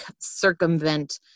circumvent